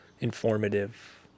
informative